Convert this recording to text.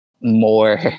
more